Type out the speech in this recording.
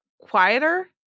quieter